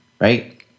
Right